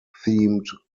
themed